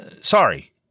Sorry